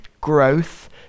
growth